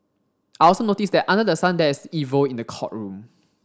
I also noticed that under the sun there is evil in the courtroom